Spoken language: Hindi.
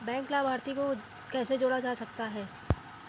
बैंक लाभार्थी को कैसे जोड़ा जा सकता है?